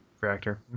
reactor